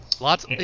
Lots